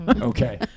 Okay